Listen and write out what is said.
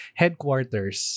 headquarters